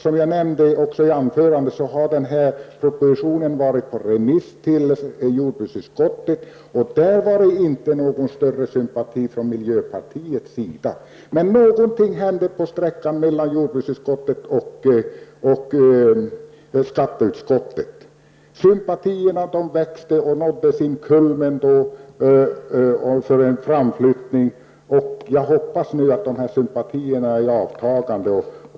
Som jag nämnde också i huvudanförandet, har propositionen varit på remiss till jordbruksutskottet, och där var det inte någon större sympati från miljöpartiets sida. Men någonting hände på sträckan mellan jordbruksutskottet och skatteutskottet. Sympatierna för en framflyttning växte och nådde sin kulmen. Jag hoppas att de sympatierna nu är i avtagande.